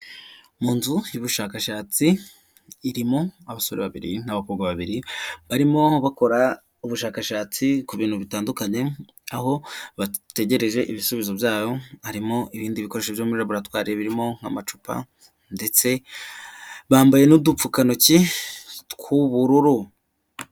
Mu nzu y'ubushakashatsi irimo abasore babiri n'abakobwa babiri barimo bakora ubushakashatsi ku bintu bitandukanye aho bategereje ibisubizo byabo harimo ibindi bikoresho byo muri laboratware birimo nk'amacupa ndetse bambaye n'udupfukantoki tw'ubururu.